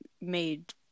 made